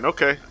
Okay